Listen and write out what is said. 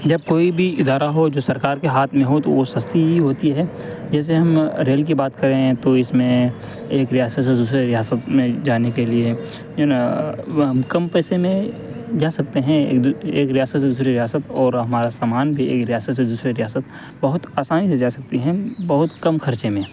جب کوئی بھی ادارہ ہو جب سرکار کے ہاتھ میں ہو تو وہ سستی ہی ہوتی ہے جیسے ہم ریل کی بات کریں تو اس میں ایک ریاست سے دوسرے ریاست میں جانے کے لیے جو ہے نا کم پیسے میں جا سکتے ہیں ایک ایک ریاست سے دوسری ریاست اور ہمارا سامان بھی ایک ریاست سے دوسرے ریاست بہت آسانی سے جا سکتی ہیں بہت کم خرچے میں